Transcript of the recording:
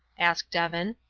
asked evan.